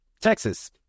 Texas